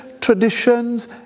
traditions